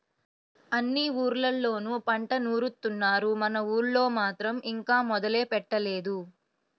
అన్ని ఊర్లళ్ళోనూ పంట నూరుత్తున్నారు, మన ఊళ్ళో మాత్రం ఇంకా మొదలే పెట్టలేదు